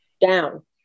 down